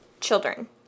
children